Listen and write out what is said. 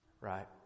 Right